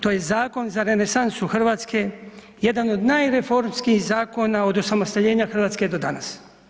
To je zakon za renesansu Hrvatske, jedan od najreformskijih zakona od osamostaljenja Hrvatske do danas.